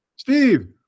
Steve